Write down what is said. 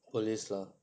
police lah